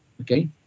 Okay